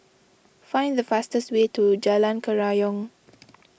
find the fastest way to Jalan Kerayong